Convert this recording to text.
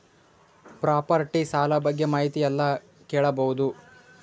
Property ಸಾಲ ಬಗ್ಗೆ ಮಾಹಿತಿ ಎಲ್ಲ ಕೇಳಬಹುದು?